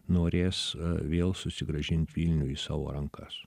norės vėl susigrąžint vilnių į savo rankas